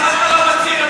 למה אתה לא מצהיר אמונים?